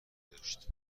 داشت